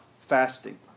fasting